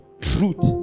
truth